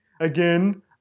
again